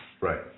Right